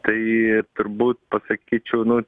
tai turbūt pasakyčiau nu